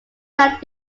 that